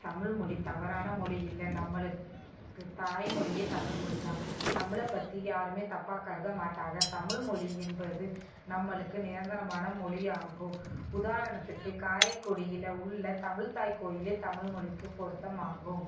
தமிழ் மொழி தவறான மொழி இல்லை நம்மளுக்கு தாய்மொழியே தமிழ் மொழி தான் தமிழை பற்றி யாரும் தப்பாக கருதமாட்டாங்க தமிழ் மொழி என்பது நம்மளுக்கு நிரந்தரமான மொழி ஆகும் உதாரணத்துக்கு காரைக்குடியில் உள்ள தமிழ்த்தாய் கோவிலே தமிழ் மொழிக்கு பொருத்தமாகும்